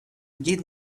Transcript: get